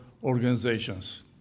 Organizations